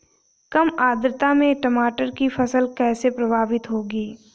कम आर्द्रता में टमाटर की फसल कैसे प्रभावित होगी?